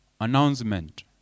announcement